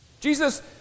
Jesus